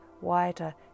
wider